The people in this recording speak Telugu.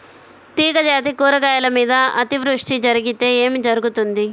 తీగజాతి కూరగాయల మీద అతివృష్టి జరిగితే ఏమి జరుగుతుంది?